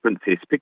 Princess